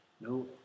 No